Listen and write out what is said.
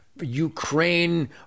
Ukraine